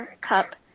cup